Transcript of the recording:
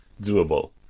doable